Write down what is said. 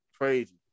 crazy